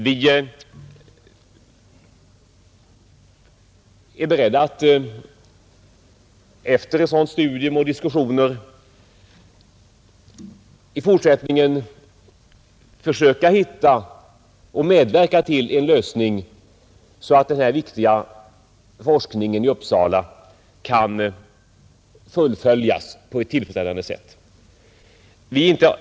Vi är beredda att efter ett sådant studium och efter diskussioner i fortsättningen försöka hitta och medverka till en lösning, så att den här viktiga forskningen i Uppsala kan fullföljas på ett tillfredsställande sätt.